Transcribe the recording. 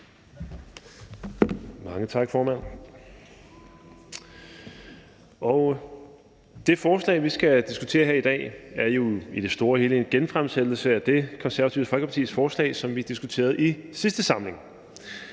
Mange tak, formand. Det forslag, vi skal diskutere i dag, er jo i det store hele en genfremsættelse af Det Konservative Folkepartis forslag, som vi diskuterede i sidste samling.